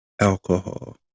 alcohol